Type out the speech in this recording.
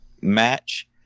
match